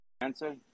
answer